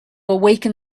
awaken